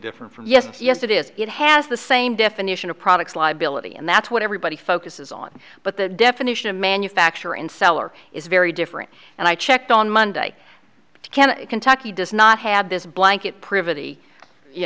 different from yes yes it is it has the same definition of products liability and that's what everybody focuses on but the definition of manufacture in seller is very different and i checked on monday to ken kentucky does not have this blanket